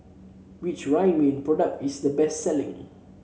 which Ridwind product is the best selling